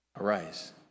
arise